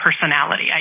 personality